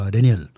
Daniel